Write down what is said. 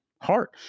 heart